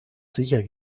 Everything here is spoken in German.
sicher